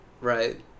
Right